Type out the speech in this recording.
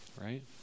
right